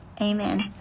Amen